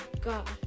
God